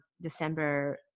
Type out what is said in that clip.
December